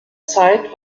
zeit